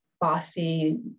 bossy